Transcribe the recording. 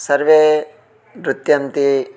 सर्वे नृत्यन्ति